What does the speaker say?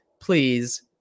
please